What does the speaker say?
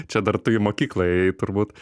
čia dar tu į mokyklą ėjai turbūt